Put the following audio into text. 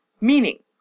meaning